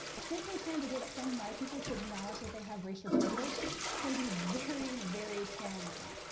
simply trying to get some white people to acknowledge that they have racial privilege can be very, very challenging.